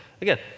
Again